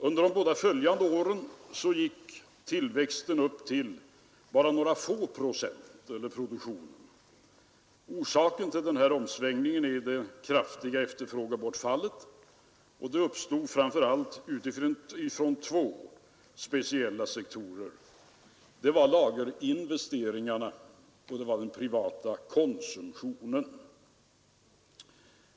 Under de båda följande åren gick produktionen upp bara några få procent. Orsaken till omsvängningen är det kraftiga efterfrågebortfallet, och det uppstod framför allt från två speciella sektorer: lagerinvesteringarna och den privata konsumtionen.